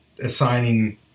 assigning